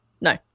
No